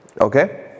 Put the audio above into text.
Okay